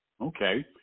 Okay